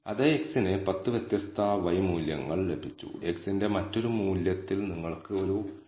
അതിനാൽ വ്യത്യസ്ത സാമ്പിളുകളിലെ എററുകൾക്കും ഒരേ വ്യത്യാസമുണ്ടെന്ന് നമ്മൾ അനുമാനിക്കുന്നു